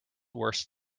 worse